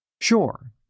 Sure